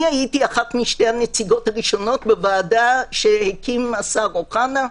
אני הייתי אחת משתי הנציגות הראשונות בוועדה שהקים השר אוחנה.